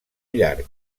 llarg